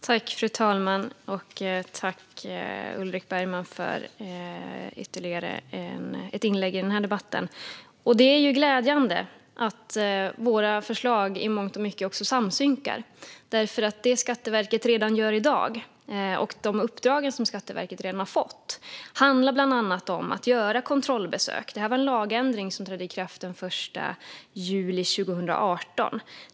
Fru talman! Tack, Ulrik Bergman, för ytterligare ett inlägg i denna debatt! Det är glädjande att våra förslag i mångt och mycket synkar. Det som Skatteverket gör redan i dag och de uppdrag som Skatteverket redan har fått handlar bland annat om att göra kontrollbesök. Det var en lagändring som trädde i kraft den 1 juli 2018.